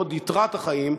לעוד יתרת החיים,